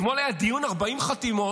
אתמול היה דיון 40 חתימות,